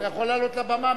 אתה יכול לעלות לבמה,